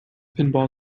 pinball